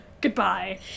Goodbye